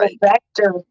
vector